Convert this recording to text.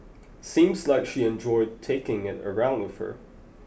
seems like she enjoyed taking it around with her